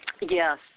Yes